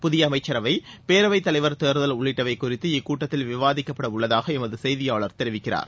புதிய அமைச்சரவை பேரவைத் தலைவர் தேர்தல் உள்ளிட்டவை குறித்து இக்கூட்டத்தில் விவாதிக்கப்படவுள்ளதாக எமது செய்தியாளர் தெரிவிக்கிறார்